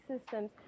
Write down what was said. systems